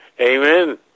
Amen